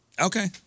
Okay